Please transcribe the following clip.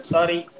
Sorry